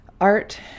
art